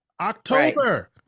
October